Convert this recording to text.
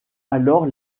alors